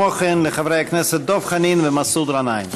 וכמו כן לחברי הכנסת דב חנין ומסעוד גנאים.